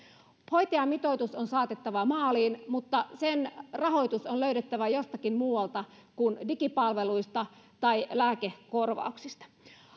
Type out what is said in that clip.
hoitajamitoitus on saatettava maaliin mutta sen rahoitus on löydettävä jostakin muualta kuin digipalveluista tai lääkekorvauksista